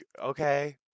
okay